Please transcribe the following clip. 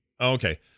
Okay